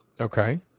Okay